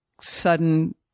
sudden